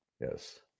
Yes